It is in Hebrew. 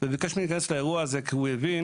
וביקש ממני להיכנס לאירוע הזה כי הוא הבין